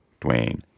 Dwayne